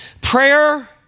Prayer